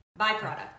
byproduct